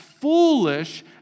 foolish